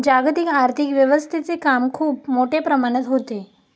जागतिक आर्थिक व्यवस्थेचे काम खूप मोठ्या प्रमाणात होते